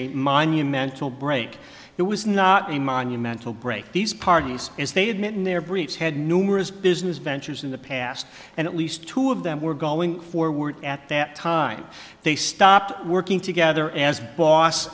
a monumental break it was not a monumental break these parties as they had met in their briefs had numerous business ventures in the past and at least two of them were going forward at that time they stopped working together as boss